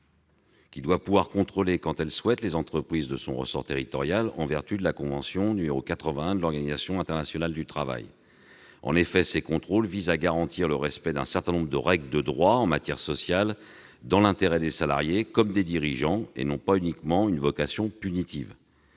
qui doit pouvoir contrôler quand elle le souhaite les entreprises de son ressort territorial, en vertu de la convention n° 81 de l'Organisation internationale du travail, l'OIT. En effet, ces contrôles visent à garantir le respect d'un certain nombre de règles de droit en matière sociale, dans l'intérêt des salariés comme dans celui des dirigeants. Ils n'ont pas uniquement une vocation punitive